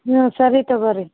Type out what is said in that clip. ಹ್ಞೂ ಸರಿ ತಗೋರಿ